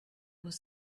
was